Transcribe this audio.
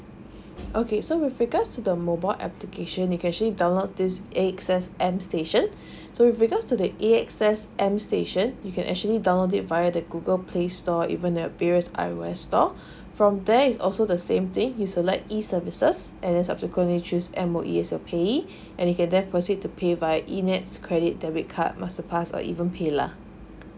okay so with regards to the mobile application you can actually download this A_X_S M station so with regards to the A_X_S M station you can actually download it via the google play store even a periods I_O_S store from there is also the same things you select E services and then subsequently choose M_O_E as a pay and then proceed to pay by E nets credit debit card master pass or even paylah